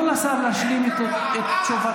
תנו לשר להשלים את תשובתו.